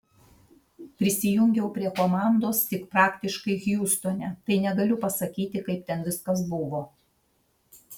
prisijungiau prie komandos tik praktiškai hjustone tai negaliu pasakyti kaip ten viskas buvo